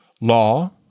Law